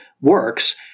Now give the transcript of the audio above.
works